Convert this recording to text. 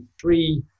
three